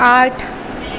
آٹھ